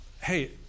hey